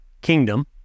Kingdom